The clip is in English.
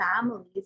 families